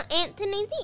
Anthony